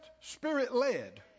spirit-led